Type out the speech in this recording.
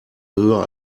höher